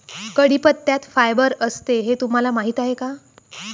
कढीपत्त्यात फायबर असते हे तुम्हाला माहीत आहे का?